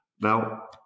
Now